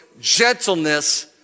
gentleness